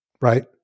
right